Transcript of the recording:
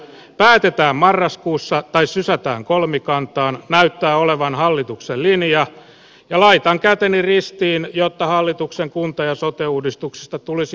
päätetään marraskuussa tai sysätään kolmikantaan näyttää olevan hallituksen linja ja laitan käteni ristiin jotta hallituksen kunta ja sote uudistuksesta tulisi jotain säästöä